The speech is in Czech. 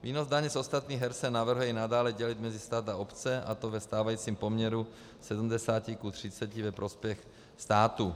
Výnos daně z ostatních her se navrhuje i nadále dělit mezi stát a obce, a to ve stávajícím poměru 70:30 ve prospěch státu.